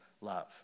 love